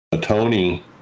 Tony